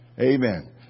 Amen